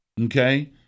okay